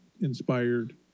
inspired